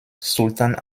sultan